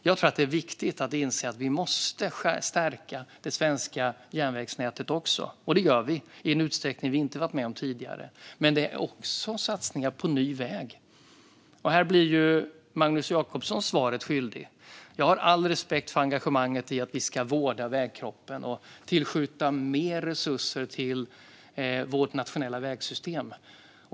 Jag tror att det är viktigt att inse att vi måste stärka det svenska järnvägsnätet också. Och det gör vi i en utsträckning vi inte varit med om tidigare. Det handlar också om satsningar på ny väg. Här blir Magnus Jacobsson svaret skyldig. Jag har all respekt för engagemanget för att vi ska vårda vägkroppen och tillskjuta mer resurser till vårt nationella vägsystem.